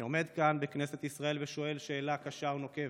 אני עומד כאן בכנסת ישראל ושואל שאלה קשה ונוקבת: